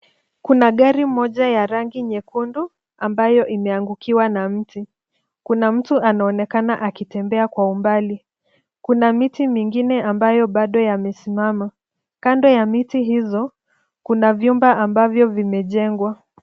Kuna gari moja ya rangi nyekundu ambayo imeangukiwa na mti. Kuna mtu anaonekana akitembea kwa umbali. Kuna miti mingine ambayo bado yamesimama. Kando ya miti hizo, kuna vyumba ambavyo vimejengwa.